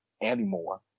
anymore